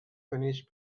finished